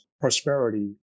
prosperity